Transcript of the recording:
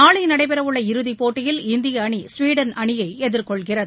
நாளை நடைபெறவுள்ள இறுதி போட்டியில் இந்திய அணி ஸ்வீடன் அணியை எதிர்கொள்கிறது